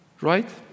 Right